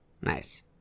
Nice